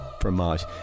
Fromage